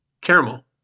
Caramel